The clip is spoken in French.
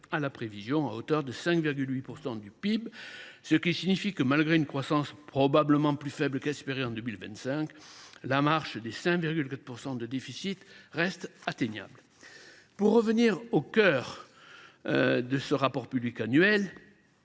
à la prévision, de 5,8 % du PIB, ce qui signifie que, malgré une croissance probablement plus faible que ce qui était espéré pour 2025, la marche des 5,4 % de déficit reste atteignable. J’en reviens au cœur de ce rapport public annuel.